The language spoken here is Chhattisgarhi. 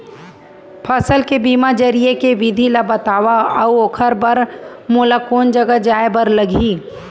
फसल के बीमा जरिए के विधि ला बतावव अऊ ओखर बर मोला कोन जगह जाए बर लागही?